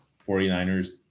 49ers